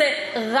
נבהלתי.